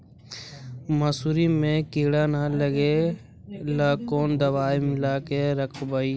मसुरी मे किड़ा न लगे ल कोन दवाई मिला के रखबई?